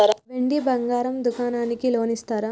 వెండి బంగారం దుకాణానికి లోన్ ఇస్తారా?